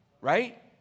right